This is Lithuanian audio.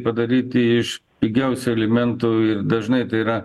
padaryti iš pigiausių alimentų dažnai tai yra